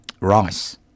Rice